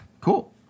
Cool